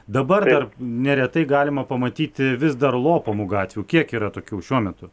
dabar dar neretai galima pamatyti vis dar lopomų gatvių kiek yra tokių šiuo metu